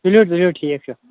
تُلِو تُلِو ٹھیٖک چھُ